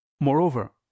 Moreover